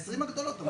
ה-20 הגדולות.